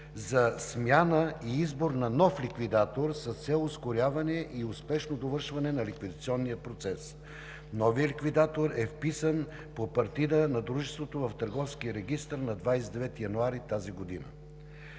за смяна и избор на нов ликвидатор, с цел ускоряване и успешно довършване на ликвидационния процес. Новият ликвидатор е вписан по партидата на дружеството в Търговския регистър на 29 януари 2020 г.